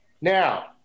Now